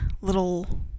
little